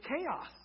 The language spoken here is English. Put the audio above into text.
chaos